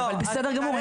אבל בסדר גמור,